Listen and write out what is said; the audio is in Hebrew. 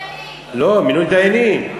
לא, מינוי דיינים.